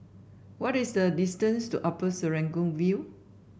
what is the distance to Upper Serangoon View